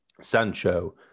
Sancho